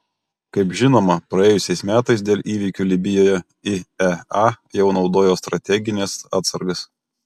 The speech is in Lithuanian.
kaip žinoma praėjusiais metais dėl įvykių libijoje iea jau naudojo strategines atsargas